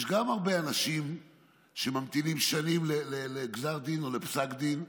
גם יש הרבה אנשים שממתינים שנים לגזר דין או לפסק דין,